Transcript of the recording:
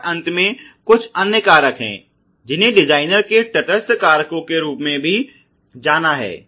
और अंत में कुछ अन्य कारक हैं जिन्हें डिजाइनर के तटस्थ कारकों के रूप में भी जाना है